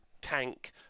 tank